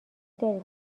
دارید